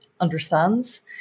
understands